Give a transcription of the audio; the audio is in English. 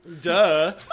duh